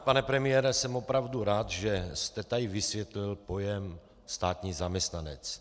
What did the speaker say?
Pane premiére, jsem opravdu rád, že jste tady vysvětlil pojem státní zaměstnanec.